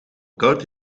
koud